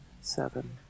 seven